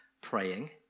praying